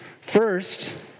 First